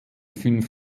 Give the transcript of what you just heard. fünf